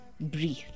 breathe